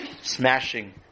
smashing